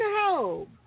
help